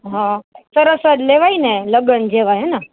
હા સરસ જ લેવાય ને લગ્ન જેવા હેને